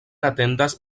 atendas